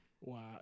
Wow